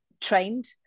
trained